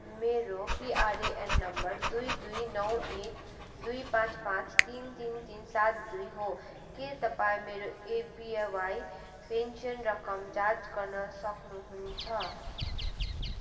मेरो PRAN number दुई दुई नौ एक दुई पाँच पाँच तिन तिन तिन सात दुई हो के तपाईँँ मेरो एपिवाई पेन्सन रकम जाँच गर्न सक्नुहुन्छ